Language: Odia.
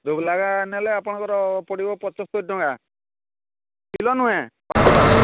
ଧୁଲାଗା ନେଲେ ଆପଣଙ୍କର ପଡ଼ିବ ପଞ୍ଚସ୍ତରିଟଙ୍କା କିଲୋ ନୁହେଁ ପାଞ୍ଚଶହ